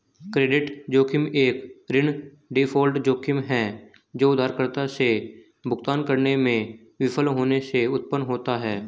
credit जोखिम एक ऋण डिफ़ॉल्ट जोखिम है जो उधारकर्ता से भुगतान करने में विफल होने से उत्पन्न होता है